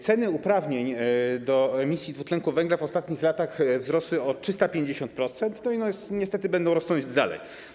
Ceny uprawnień do emisji dwutlenku węgla w ostatnich latach wzrosły o 350% i niestety będą rosnąć dalej.